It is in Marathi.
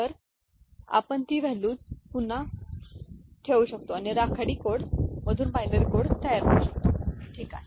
तर आपण ती व्हॅल्यूज पुन्हा ठेवू शकतो आणि राखाडी कोड मधून बायनरी कोड तयार होऊ शकतो हे ठीक आहे